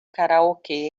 karaokê